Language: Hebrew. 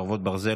חרבות ברזל),